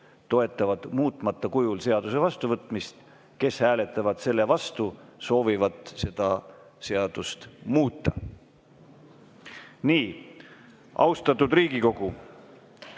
toetavad muutmata kujul seaduse vastuvõtmist. Kes hääletavad selle vastu, soovivad seda seadust muuta. Austatud Riigikogu,